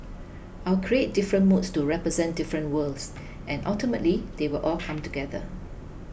I'll create different moods to represent different worlds and ultimately they will all come together